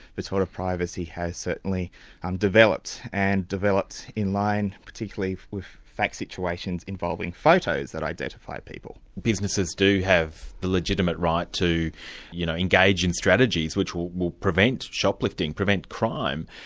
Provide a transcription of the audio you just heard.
this sort of privacy has certainly um developed, and developed in line particularly with fact situations involving photos that identify people. businesses do have the legitimate right to you know engage in strategies which will will prevent shoplifting, prevent crime.